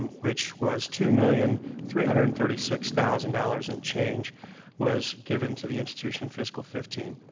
which was two million three hundred and thirty six thousand dollars and change was given to the institution fiscal fifteen.